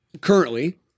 currently